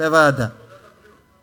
ועדת הבריאות.